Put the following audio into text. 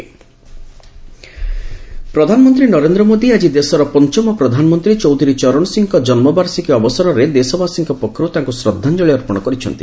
PM Charan Singh ପ୍ରଧାନମନ୍ତ୍ରୀ ନରେନ୍ଦ୍ର ମୋଦୀ ଆଜି ଦେଶର ପଞ୍ଚମ ପ୍ରଧାନମନ୍ତ୍ରୀ ଚୌଧୁରୀ ଚରଣ ସିଂହଙ୍କ ଜନ୍ମବାର୍ଷିକୀ ଅବସରରେ ଦେଶବାସୀଙ୍କ ପକ୍ଷରୁ ତାଙ୍କୁ ଶ୍ରଦ୍ଧାଞ୍ଜଳୀ ଅର୍ପଣ କରିଛନ୍ତି